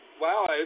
wow